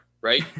right